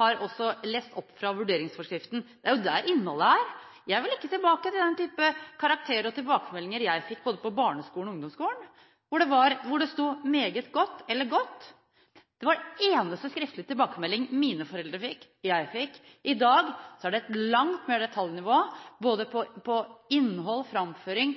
har representanten Tingelstad Wøien lest fra vurderingsforskriften tidligere. Det er jo der innholdet er. Jeg vil ikke tilbake til den type karakterer og tilbakemeldinger jeg fikk på både barneskolen og ungdomsskolen, hvor det sto «Meget godt» eller «Godt». Det var den eneste skriftlige tilbakemeldingen mine foreldre og jeg fikk. I dag er det langt mer detaljnivå på både innhold og framføring,